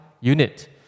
unit